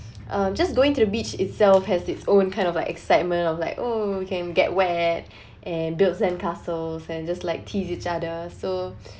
um just going to the beach itself has its own kind of like excitement of like oh we can get wet and build sand castles and just like tease each other so